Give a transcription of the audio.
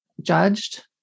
judged